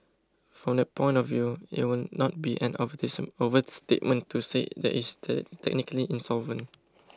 from that point of view it would not be an overstatement to say that is technically insolvent